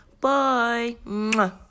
Bye